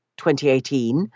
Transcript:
2018